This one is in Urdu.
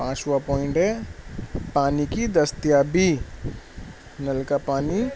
پانچ واں پوائنٹ ہے پانی کی دستیابی نل کا پانی